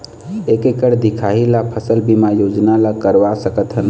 एक एकड़ के दिखाही ला फसल बीमा योजना ला करवा सकथन?